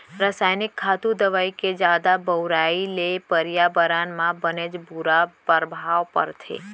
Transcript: रसायनिक खातू, दवई के जादा बउराई ले परयाबरन म बनेच बुरा परभाव परथे